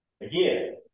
Again